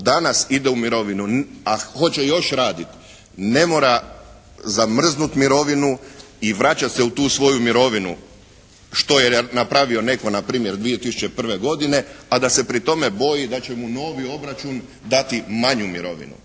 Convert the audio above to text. danas ide u mirovinu, a hoće još raditi ne mora zamrznuti mirovinu i vraćati se u tu svoju mirovinu, što je napravio netko npr. 2001. godine, a da se pri tome boji da će mu novi obračun dati manju mirovinu.